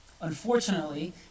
Unfortunately